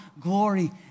glory